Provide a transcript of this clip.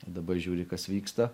dabar žiūri kas vyksta